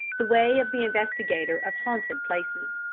the way of the investigator of haunted places.